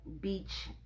beach